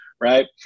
right